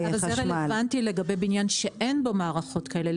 אבל זה רלוונטי לגבי בניין שאין בו מערכות כאלה.